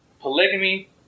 Polygamy